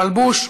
מלבוש,